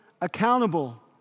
accountable